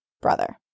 Brother